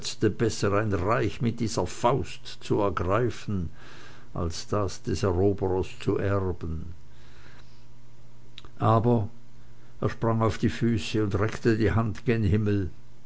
ein reich mit dieser faust zu ergreifen als das des eroberers zu erben aber er sprang auf die füße und reckte die hand gen himmel